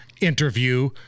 interview